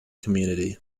community